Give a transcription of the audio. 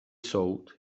soud